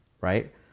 right